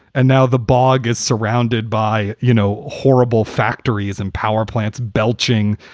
and now the bog is surrounded by, you know, horrible factories and power plants belching,